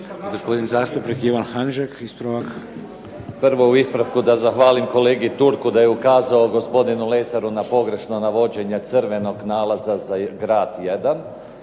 Gospodin zastupnik Ivan Hanžek, ispravak. **Hanžek, Ivan (SDP)** Prvo u ispravku da zahvalim kolegi Turku da je ukazao gospodinu Lesaru na pogrešno navođenje crvenog nalaza za grad